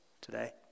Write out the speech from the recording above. today